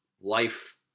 life